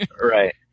Right